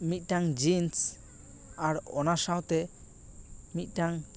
ᱢᱤᱫᱴᱟᱝ ᱡᱤᱱᱥ ᱟᱨ ᱚᱱᱟ ᱥᱟᱶᱛᱮ ᱢᱤᱫᱴᱟᱝ